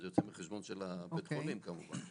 זה יוצא מהחשבון של הבית חולים כמובן.